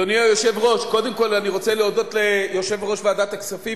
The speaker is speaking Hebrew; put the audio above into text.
אדוני היושב-ראש, הסברתי את עיקרי הדברים.